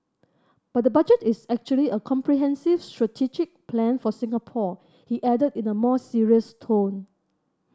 but the Budget is actually a comprehensive strategic plan for Singapore he added in a more serious tone